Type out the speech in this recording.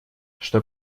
что